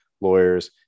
lawyers